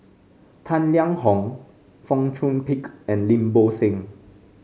Tang Liang Hong Fong Chong Pik and Lim Bo Seng